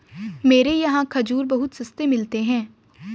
मेरे यहाँ खजूर बहुत सस्ते मिलते हैं